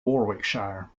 warwickshire